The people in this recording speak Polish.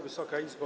Wysoka Izbo!